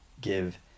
give